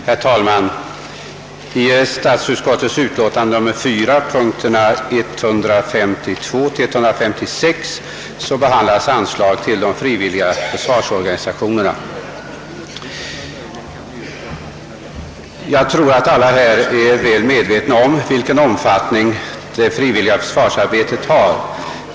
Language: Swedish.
Herr talman! I statsutskottets utlåtande nr 4, punkterna 152—156, behandlas anslag till de frivilliga försvarsorganisationerna. Jag tror att alla här är väl medvetna om vilken omfattning dessa organisationer har.